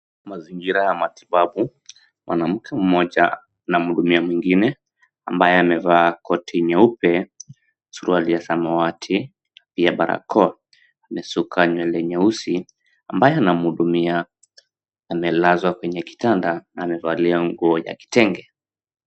Mazingira ya matibabu. Mwanamke mmoja na mhudumia mwingine ambaye amevaa koti nyeupe, suruali ya samawati, pia barakoa. Amesuka nywele nyeusi ambaye anamhudumia amelazwa kwenye kitanda na amevalia nguo ya kitenge.